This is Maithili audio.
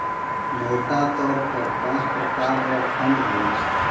मोटा तौर पर पाँच प्रकार रो फंड हुवै छै